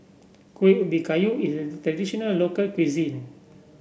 Kuih Ubi Kayu is a traditional local cuisine